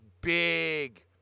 big